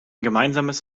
gemeinsames